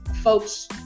folks